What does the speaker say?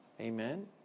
amen